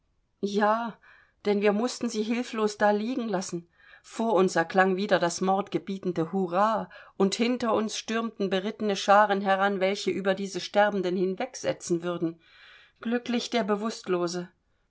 ja denn wir mußten sie hilflos da liegen lassen vor uns erklang wieder das mordgebietende hurra und hinter uns stürmten berittene scharen heran welche über diese sterbenden hinwegsetzen würden glücklich der bewußtlose